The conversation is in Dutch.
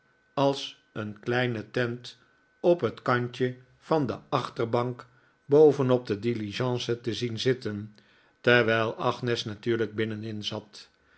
als een kleine tent op het kantje van de achterbank bovenop de diligence te zien zitten terwijl agnes natuurlijk binnenin zatj